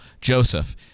joseph